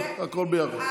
והכול ביחד.